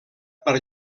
per